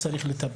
שבו צריך לטפל.